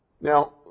Now